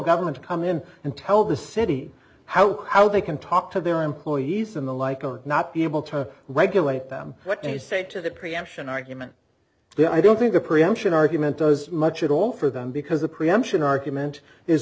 government to come in and tell the city how how they can talk to their employees and the like are not able to regulate them what do you say to the preemption argument there i don't think the preemption argument goes much at all for them because the preemption argument is